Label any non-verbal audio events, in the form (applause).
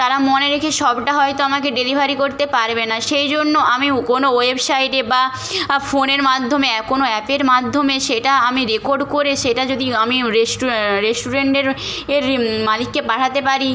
তারা মনে রেখে সবটা হয়তো আমাকে ডেলিভারি করতে পারবে না সেই জন্য আমি কোনো ওয়েবসাইটে বা ফোনের মাধ্যমে (unintelligible) কোনো অ্যাপের মাধ্যমে সেটা আমি রেকর্ড করে সেটা যদি আমি (unintelligible) রেস্টুরেন্টের এর মালিককে পাঠাতে পারি